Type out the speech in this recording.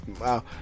wow